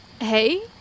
Hey